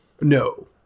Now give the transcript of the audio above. No